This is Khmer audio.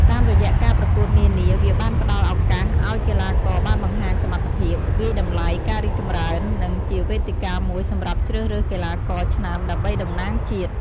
តាមរយះការប្រកួតនានា វាបានផ្តល់ឱកាសឲ្យកីឡាករបានបង្ហាញសមត្ថភាព វាយតម្លៃការរីកចម្រើន និងជាវេទិកាមួយសម្រាប់ជ្រើសរើសកីឡាករឆ្នើមដើម្បីតំណាងជាតិ។